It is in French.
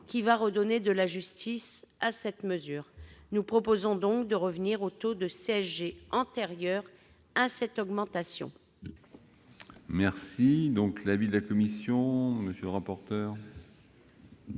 qui va redonner de la justice à cette mesure. Nous proposons donc de revenir au taux de CSG antérieur à cette augmentation.